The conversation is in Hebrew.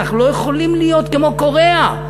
אנחנו לא יכולים להיות כמו קוריאה,